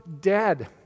dead